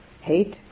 hate